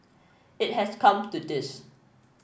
it has come to this